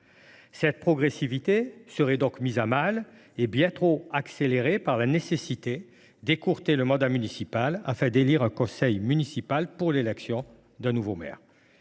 Cette progressivité serait donc mise à mal et bien trop accélérée par la nécessité d’écourter le mandat municipal afin d’élire un conseil municipal pour l’élection d’un nouveau maire.